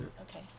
Okay